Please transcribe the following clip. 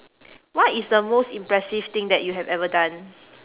what is the most impressive thing that you have ever done